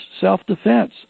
self-defense